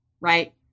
right